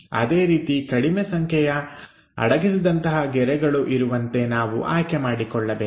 ಅದೇ ರೀತಿ ಕಡಿಮೆ ಸಂಖ್ಯೆಯ ಅಡಗಿಸಿದಂತಹ ಗೆರೆಗಳು ಇರುವಂತೆ ನಾವು ಆಯ್ಕೆ ಮಾಡಿಕೊಳ್ಳಬೇಕು